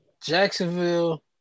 Jacksonville